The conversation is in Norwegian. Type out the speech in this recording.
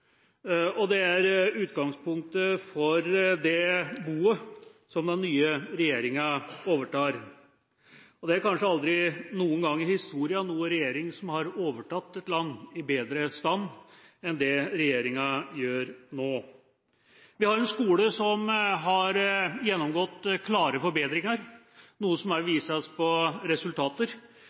tilstand. Det er utgangspunktet for det boet som den nye regjeringa overtar, og det har kanskje ikke skjedd noen gang i historien at en regjering har overtatt et land i bedre stand enn det regjeringa gjør nå. Vi har en skole som har gjennomgått klare forbedringer – noe som også vises på resultater